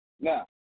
Now